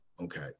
Okay